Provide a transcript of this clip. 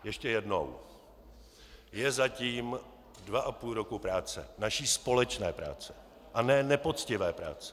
Ještě jednou: Je za tím dva a půl roku práce, naší společné práce, a ne nepoctivé práce.